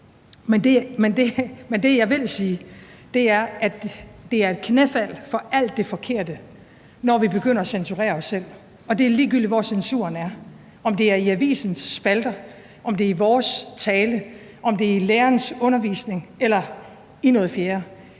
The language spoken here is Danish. Men det, jeg vil sige, er, at det er et knæfald for alt det forkerte, når vi begynder at censurere os selv, og det er ligegyldigt, hvor censuren er – om det er i avisens spalter, om det er i vores tale, om det er i lærerens undervisning, eller om det er